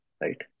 right